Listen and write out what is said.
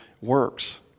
works